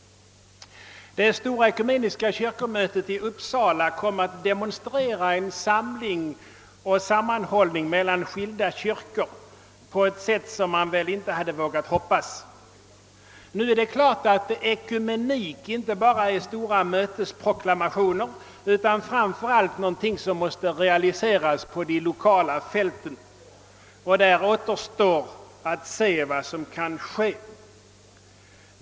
Det stora ekumeniska kyrkomötet i Uppsala kom att demonstrera en samling och sammanhållning mellan skilda kyrkor på ett sätt som man väl inte hade vågat hoppas. Nu är det klart att ekumenik inte bara är stora mötesproklamationer, utan framför allt något som måste realiseras på det lokala fältet, och där återstår att se vad som kan ske.